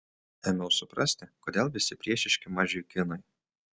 ėmiau suprasti kodėl visi priešiški mažiui kinui